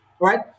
Right